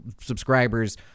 subscribers